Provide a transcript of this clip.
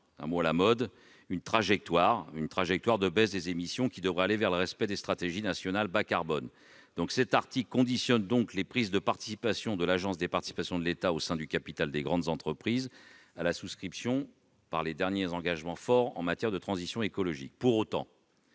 ou, pour le moins, à une trajectoire de baisse des émissions qui soit conforme aux stratégies nationales bas carbone. L'article 19 vise donc à conditionner les prises de participation de l'Agence des participations de l'État au sein du capital des grandes entreprises à la souscription des derniers engagements forts en matière de transition écologique.